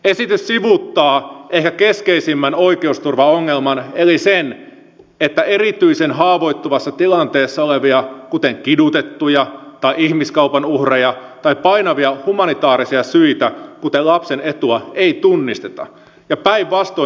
esitys sivuuttaa ehkä keskeisimmän oikeusturvaongelman eli sen että erityisen haavoittuvassa tilanteessa olevia kuten kidutettuja tai ihmiskaupan uhreja tai painavia humanitaarisia syitä kuten lapsen etua ei tunnisteta ja päinvastoin